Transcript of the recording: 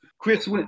Chris